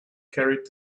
carried